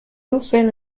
also